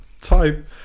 type